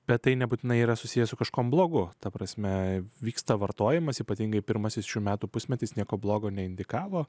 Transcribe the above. bet tai nebūtinai yra susiję su kažkuo blogu ta prasme vyksta vartojimas ypatingai pirmasis šių metų pusmetis nieko blogo neindikavo